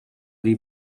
dei